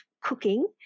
cooking